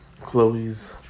Chloe's